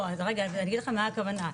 אני אגיד לך מה הכוונה,